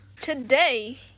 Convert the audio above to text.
today